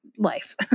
life